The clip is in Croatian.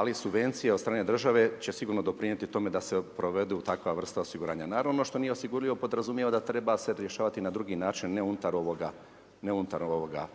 Ali subvencije od strane države će sigurno doprinijeti tome da se provede takva vrsta osiguranja. Naravno što nije osigurljivo podrazumijeva da treba se rješavati na drugi način a ne unutar ovoga